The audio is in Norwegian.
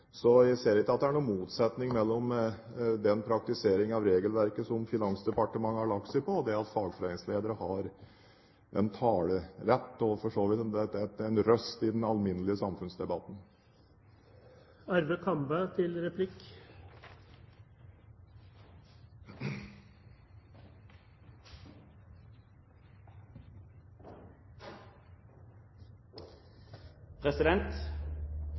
Så jeg ser ikke at det er noen motsetning mellom den praktisering av regelverket som Finansdepartementet har lagt seg på, og det at fagforeningsledere har en talerett, og for så vidt en røst, i den alminnelige samfunnsdebatten. Departementet skriver i brev til